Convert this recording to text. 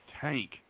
tank